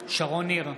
שרון ניר,